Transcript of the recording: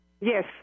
Yes